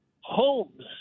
homes